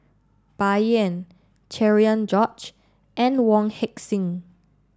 Bai Yan Cherian George and Wong Heck Sing